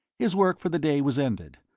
his work for the day was ended,